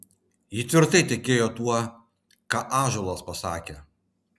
ji tvirtai tikėjo tuo ką ąžuolas pasakė